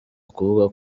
ukuvuga